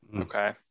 okay